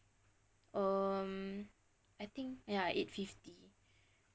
um I think ya eight fifty